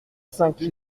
cinq